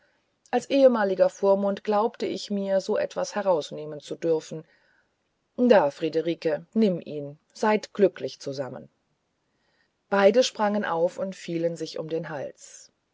als ehemaliger vormund glaubte ich mir so etwas herausnehmen zu dürfen da friederike nimm ihn seid glücklich zusammen beide sprangen auf und fielen sich um den hals